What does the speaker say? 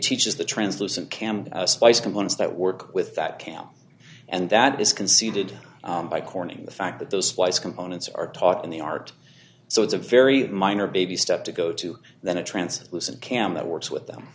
teaches the translucent cam splice components that work with that cam and that is conceded by corning the fact that the splice components are taught in the art so it's a very minor baby step to go to than a translucent cam that works with them